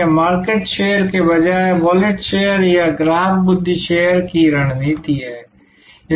यह market share के बजाय वॉलेट शेयर या ग्राहक बुद्धि शेयर की रणनीति है